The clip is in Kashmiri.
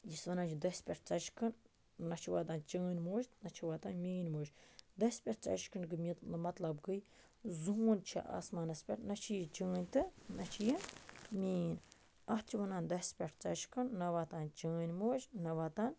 یُس وَنان چھُ دۄسہِ پٮ۪ٹھ ژوچہِ کھٔنٛڈ نَہ چھُ واتان چٲنۍ موج نَہ چھِ واتان میٲنۍ موج دۄسہِ پٮ۪ٹھ ژوچہِ کھٔنٛڈ گٔے مطلب گٔے زوٗن چھِ آسمانس پٮ۪ٹھ نَہ چھِ یہِ چٲنۍ تہٕ نَہ چھِ یہِ مین اتھ چھِ وَنان دۄسہِ پٮ۪ٹھ ژوچہِ کھٔنٛڈ نَہ واتان چٲنۍ موج نَہ واتان